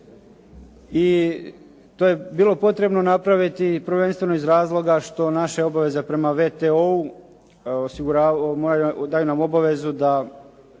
i to je bilo potrebno napraviti prvenstveno iz razloga što naše obaveze prema VTO-u daju nam obavezu da